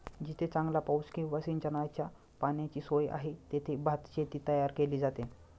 जेथे चांगला पाऊस किंवा सिंचनाच्या पाण्याची सोय आहे, तेथे भातशेती तयार केली जाते